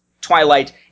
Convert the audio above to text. Twilight